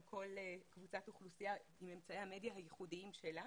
גם כל קבוצת אוכלוסייה עם אמצעי המדיה הייחודיים שלה.